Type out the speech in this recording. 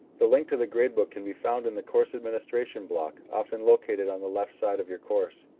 the link to the gradebook can be found in the course administration block often located on the left side of your course.